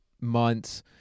months